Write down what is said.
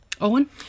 Owen